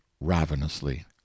ravenously